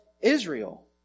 Israel